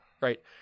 Right